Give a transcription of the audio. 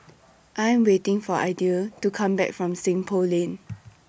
I Am waiting For Idell to Come Back from Seng Poh Lane